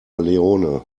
leone